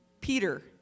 Peter